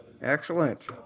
Excellent